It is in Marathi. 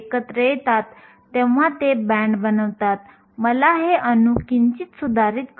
6 x 10 19 कुलम्बस आहे